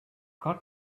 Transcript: got